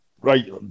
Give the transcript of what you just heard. Right